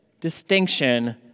distinction